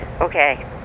Okay